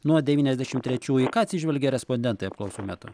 nuo devyniasdešim trečių į ką atsižvelgia respondentai apklausų metu